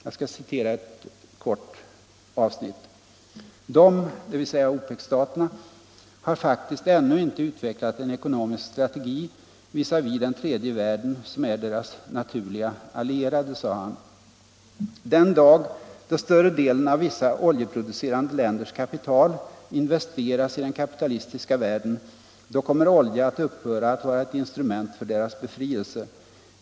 Låt mig citera ett kort avsnitt: ”De” - OPEC-staterna — ”har faktiskt ännu inte utvecklat en ekonomisk strategi visavi den tredje världen, som är deras naturliga allierade”, sade han. ”Den dag då större delen av vissa oljeproducerande länders kapital investeras i den kapitalistiska världen — då kommer olja att upphöra att vara ett instrument för deras befrielse.